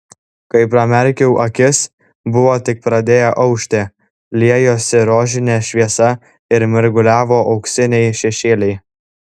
kai pramerkiau akis buvo tik pradėję aušti liejosi rožinė šviesa ir mirguliavo auksiniai šešėliai